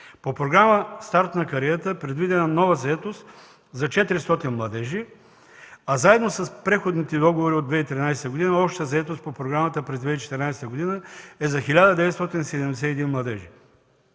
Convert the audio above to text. По програма „Старт на кариерата” е предвидена нова заетост за 400 младежи, а заедно с преходните договори от 2013 г. общата заетост по програмата през 2014 г. е за 1971 младежи.